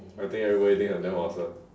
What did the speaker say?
I think everybody think I'm damn awesome